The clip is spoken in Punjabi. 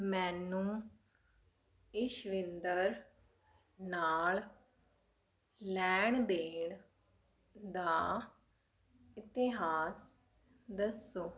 ਮੈਨੂੰ ਇਸ਼ਵਿੰਦਰ ਨਾਲ ਲੈਣ ਦੇਣ ਦਾ ਇਤਿਹਾਸ ਦੱਸੋ